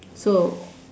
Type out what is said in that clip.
so